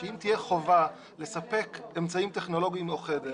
שאם תהיה חובה לספק אמצעים טכנולוגיים או חדר,